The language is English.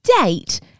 date